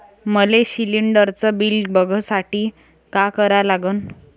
मले शिलिंडरचं बिल बघसाठी का करा लागन?